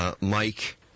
Mike